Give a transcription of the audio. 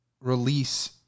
release